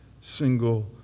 single